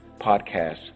podcast